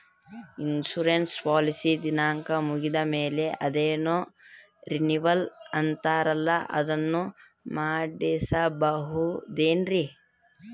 Insurance ಪಾಲಿಸಿಯ ದಿನಾಂಕ ಮುಗಿದ ಮೇಲೆ ಅದೇನೋ ರಿನೀವಲ್ ಅಂತಾರಲ್ಲ ಅದನ್ನು ಮಾಡಿಸಬಹುದೇನ್ರಿ?